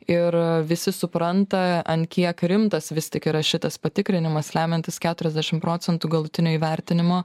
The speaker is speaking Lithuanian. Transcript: ir visi supranta ant kiek rimtas vis tik yra šitas patikrinimas lemiantis keturiasdešim procentų galutinio įvertinimo